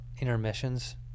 intermissions